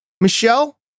Michelle